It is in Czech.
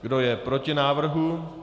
Kdo je proti návrhu?